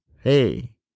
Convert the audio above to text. Hey